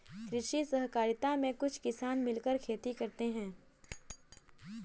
कृषि सहकारिता में कुछ किसान मिलकर खेती करते हैं